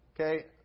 okay